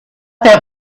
that